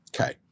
Okay